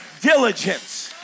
diligence